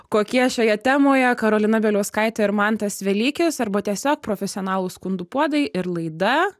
kokie šioje temoje karolina bieliauskaitė ir mantas velykis arba tiesiog profesionalūs skundų puodai ir laida